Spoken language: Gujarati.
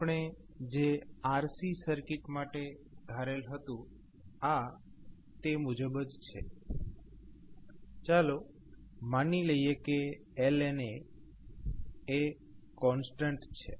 આપણે જે RC સર્કિટ માટે ધારેલ હતું તે મુજબ જ છે ચાલો માની લઈએ કે ln Aએ કોન્સ્ટન્ટ છે